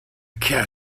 cat